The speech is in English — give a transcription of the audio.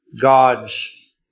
God's